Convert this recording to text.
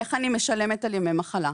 איך אני משלמת על ימי מחלה?